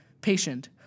Patient